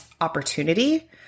opportunity